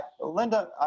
Linda